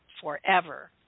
Forever